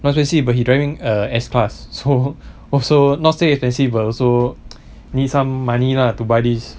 not expensive but he driving err S pass so also not say expensive but also need some money lah to buy this